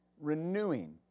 Renewing